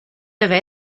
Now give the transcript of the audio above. deve